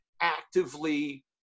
actively